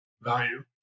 Value